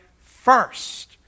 first